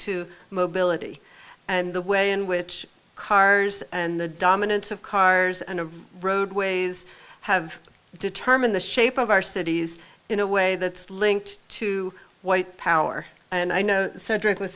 to mobility and the way in which cars and the dominance of cars and roadways have determine the shape of our cities in a way that's linked to white power and i know cedric was